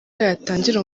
yatangira